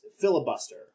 filibuster